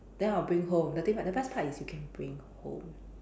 then I'll bring home the thing what the best part is you can bring home